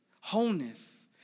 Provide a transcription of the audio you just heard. Wholeness